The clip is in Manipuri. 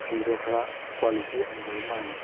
ꯐꯤꯗꯣ ꯈꯔ ꯀ꯭ꯋꯥꯂꯤꯇꯤ ꯍꯟꯊꯕ ꯃꯥꯜꯂꯦ